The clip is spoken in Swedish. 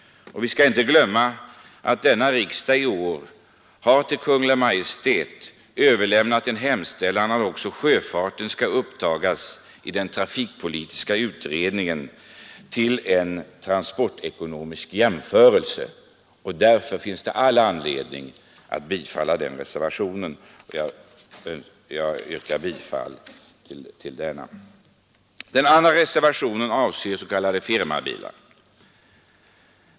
Vi skall inte glömma att riksdagen i år till Kungl. Maj:t har överlämnat en hemställan att också sjöfarten i den trafikpolitiska utredningen skall upptas till transportekonomisk jämförelse. Därför finns det all anledning att bifalla reservation 1. Jag yrkar bifall till den. Den andra reservationen avser s.k. firmabilar.